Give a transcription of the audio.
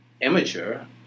Immature